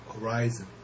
horizon